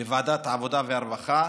בוועדת העבודה והרווחה